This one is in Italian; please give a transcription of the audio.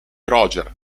roger